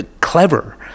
clever